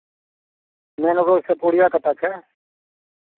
नइनगोइसँ पुबरिया कत्ता छै